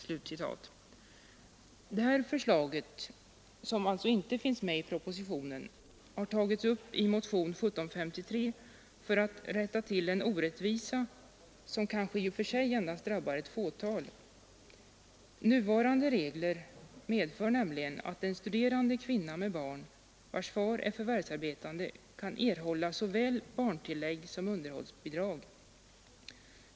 ”Detta förslag, som alltså inte finns med i propositionen, har tagits upp i motionen 1753 för att rätta till en orättvisa som kanske i och för sig endast drabbar ett fåtal. Nuvarande regler medför nämligen att en studerande kvinna med barn, vars fader är förvärvsarbetande, kan erhålla såväl barntillägg som underhållsbidrag.